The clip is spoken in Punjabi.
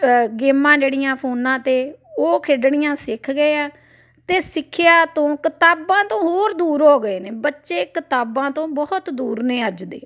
ਗੇਮਾਂ ਜਿਹੜੀਆਂ ਫੋਨਾਂ 'ਤੇ ਉਹ ਖੇਡਣੀਆਂ ਸਿੱਖ ਗਏ ਆ ਅਤੇ ਸਿੱਖਿਆ ਤੋਂ ਕਿਤਾਬਾਂ ਤੋਂ ਹੋਰ ਦੂਰ ਹੋ ਗਏ ਨੇ ਬੱਚੇ ਕਿਤਾਬਾਂ ਤੋਂ ਬਹੁਤ ਦੂਰ ਨੇ ਅੱਜ ਦੇ